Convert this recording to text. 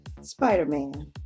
Spider-Man